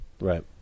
Right